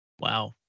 wow